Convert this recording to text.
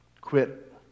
quit